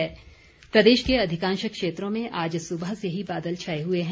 मौसम प्रदेश के अधिकांश क्षेत्रों में आज सुबह से ही बादल छाए हुए हैं